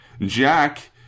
Jack